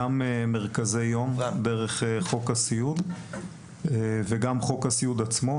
גם מרכזי יום דרך חוק הסיעוד וגם חוק הסיעוד עצמו,